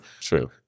True